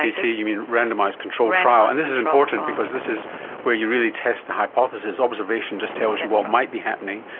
you say rct, you mean randomised controlled trial, and this is important because this is where you really test the hypothesis. observation just tells you what might be happening.